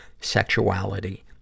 sexuality